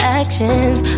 actions